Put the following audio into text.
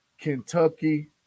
Kentucky